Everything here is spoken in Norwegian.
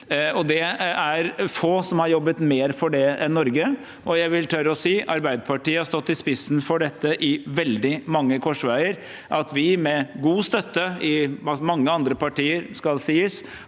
Det er få som har jobbet mer for det enn Norge, og jeg vil tørre å si at Arbeiderpartiet har stått i spissen for dette ved veldig mange korsveier, og at vi med god støtte i mange andre partier, det skal sies,